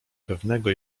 pewnego